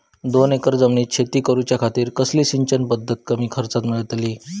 दोन एकर जमिनीत शेती करूच्या खातीर कसली सिंचन पध्दत कमी खर्चात मेलतली?